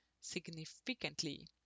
significantly